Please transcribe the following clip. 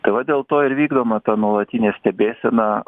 tai va dėl to ir vykdoma ta nuolatinė stebėsena